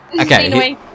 okay